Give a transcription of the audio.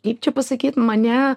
kaip čia pasakyt mane